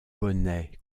bonnet